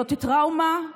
זאת טראומה,